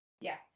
Yes